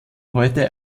heute